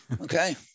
okay